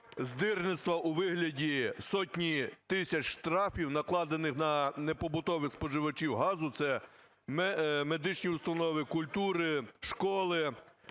у вигляді сотні тисяч штрафів, накладених на непобутових споживачів газу - це медичні установи, культури, школи,